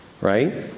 right